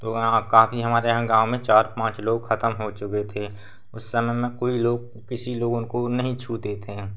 तो यहाँ काफी हमारे यहाँ गाँव में चार पाँच लोग खतम हो चुके थे उस समय में कोई लोग किसी लोग उनको नहीं छूते थे